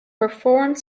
performed